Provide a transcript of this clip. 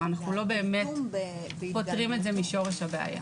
אבל אנחנו לא באמת פותרים את זה משורש הבעיה.